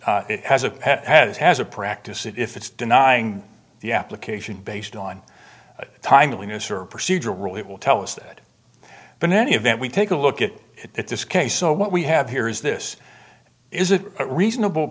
knows it has a pet has has a practice if it's denying the application based on timeliness or procedural rule it will tell us that but in any event we take a look at it this case so what we have here is this is a reasonable